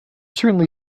certainly